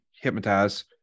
hypnotize